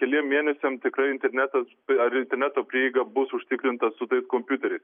keliem mėnesiam tikrai internetas ar interneto prieiga bus užtikrinta su tais kompiuteriais